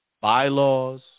bylaws